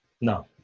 No